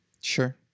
Sure